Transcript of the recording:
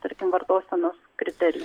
tarkim vartosenos kriterijų